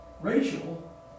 Rachel